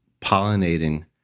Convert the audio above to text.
pollinating